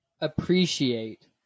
appreciate